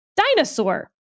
dinosaur